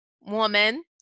woman